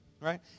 right